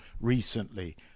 recently